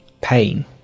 Pain